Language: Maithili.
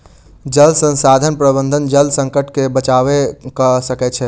जल संसाधन प्रबंधन जल संकट से बचाव कअ सकै छै